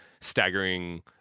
staggering